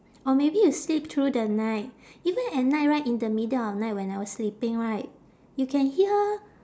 or maybe you sleep through the night even at night right in the middle of night when I was sleeping right you can hear